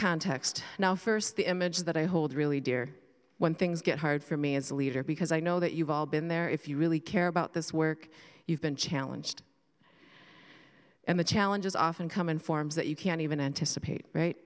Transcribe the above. context now first the image that i hold really dear when things get hard for me as a leader because i know that you've all been there if you really care about this work you've been challenged and the challenges often come in forms that you can't even anticipate right